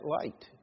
light